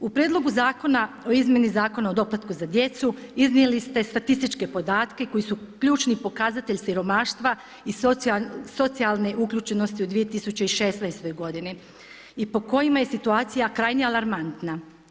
U Prijedlogu zakona o izmjeni Zakona o doplatku za djecu iznijeli ste statističke podatke koji su ključni pokazatelj siromaštva i socijalne uključenosti u 2016. godini i po kojima je situacija krajnje alarmantna.